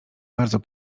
bardzo